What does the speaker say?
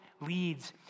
leads